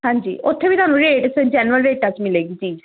ਹਾਂਜੀ ਉੱਥੇ ਵੀ ਤੁਹਾਨੂੰ ਰੇਟ ਸਰ ਜੈਨੂਅਨ ਰੇਟਾਂ 'ਚ ਮਿਲੇਗੀ ਚੀਜ਼